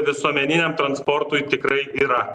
visuomeniniam transportui tikrai yra